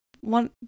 One